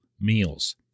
meals